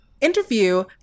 interview